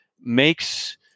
makes